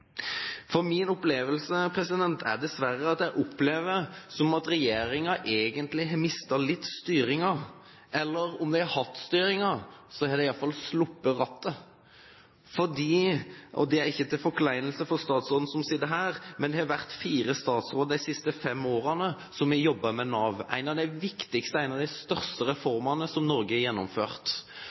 For min opplevelse er dessverre at regjeringen egentlig har mistet litt av styringen. Om de har hatt styringen, har de i alle fall sluppet rattet. Det er ikke til forkleinelse for statsråden som sitter her, men det har vært fire statsråder de siste fem årene som har jobbet med Nav – én av de viktigste og største reformene som Norge har gjennomført,